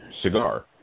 cigar